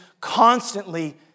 constantly